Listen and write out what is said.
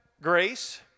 grace